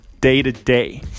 day-to-day